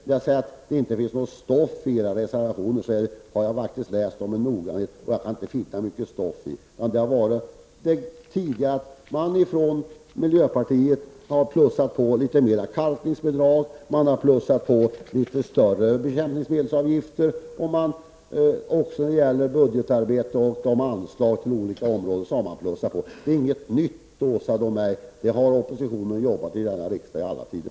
När jag säger att det inte finns något stoff i era reservationer är det efter att ha läst dem med noggrannhet. Jag kan inte hitta mycket stoff i dem. Miljöpartiet har plussat på kalkningsbidraget litet mer, man har krävt litet högre bekämpningsmedelsavgifter och man har i budgetarbetet plussat på anslagen på olika områden. Det är inget nytt, Åsa Domeij. På så sätt har oppositionen arbetat i denna riksdag i alla tider.